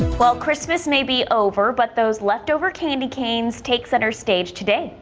well christmas may be over but those leftover candy canes take center stage today.